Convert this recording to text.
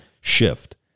shift